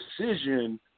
decision